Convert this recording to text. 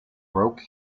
broke